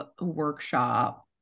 workshop